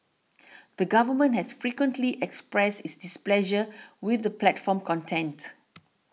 the government has frequently expressed its displeasure with the platform's content